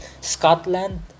Scotland